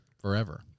forever